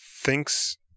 thinks